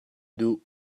duh